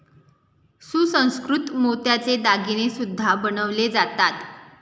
सुसंस्कृत मोत्याचे दागिने सुद्धा बनवले जातात